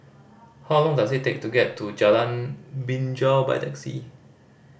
how long does it take to get to Jalan Binja by taxi